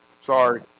Sorry